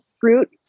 Fruit